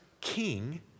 king